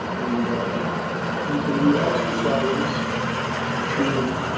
and ah you can do exercises to,